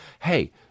hey